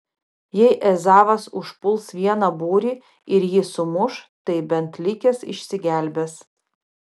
jei ezavas užpuls vieną būrį ir jį sumuš tai bent likęs išsigelbės